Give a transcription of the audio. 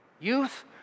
youth